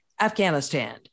Afghanistan